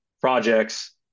projects